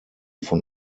von